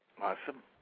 Awesome